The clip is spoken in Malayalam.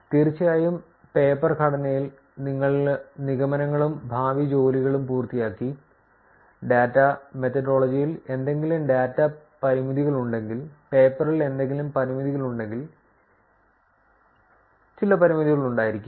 തീർച്ചയായും പേപ്പർ ഘടനയിൽ നിങ്ങൾ നിഗമനങ്ങളും ഭാവി ജോലികളും പൂർത്തിയാക്കി ഡാറ്റാ മെത്തഡോളജിയിൽ എന്തെങ്കിലും ഡാറ്റ പരിമിതികളുണ്ടെങ്കിൽ പേപ്പറിൽ എന്തെങ്കിലും പരിമിതികളുണ്ടെങ്കിൽ ചില പരിമിതികൾ ഉണ്ടായിരിക്കാം